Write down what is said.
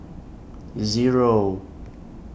Zero